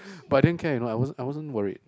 but I didn't care at all I wasn't I wasn't worried